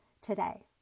today